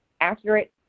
accurate